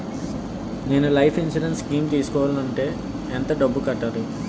నేను life insurance scheme తీసుకోవాలంటే ఎంత డబ్బు కట్టాలి?